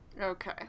Okay